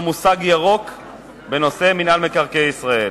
מושג ירוק בנושא מינהל מקרקעי ישראל.